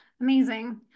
amazing